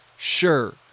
Sure